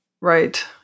Right